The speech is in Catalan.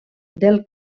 del